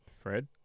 Fred